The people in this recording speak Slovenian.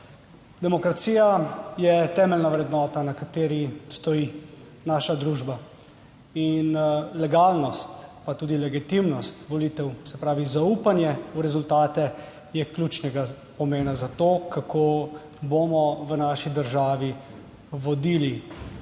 Demokracija je temeljna vrednota, na kateri stoji naša družba. Legalnost pa tudi legitimnost volitev, se pravi zaupanje v rezultate, je ključnega pomena za to, kako bomo v naši državi vodili razvoj,